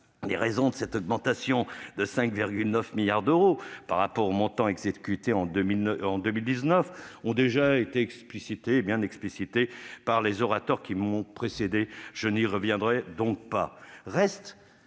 Les raisons de cette augmentation de 5,9 milliards d'euros par rapport au montant exécuté en 2019 ont déjà été explicitées par les orateurs qui m'ont précédé. Je n'y reviens pas.